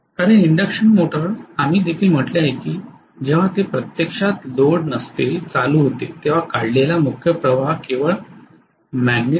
कारण induction motor आम्ही देखील म्हटले आहे की जेव्हा ते प्रत्यक्षात लोड नसते चालू होते तेव्हा काढलेला मुख्य प्रवाह केवळ विद्युत् प्रवाह असतो